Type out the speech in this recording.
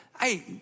Hey